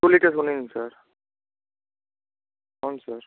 two litres ఉన్నాయంట sir అవును sir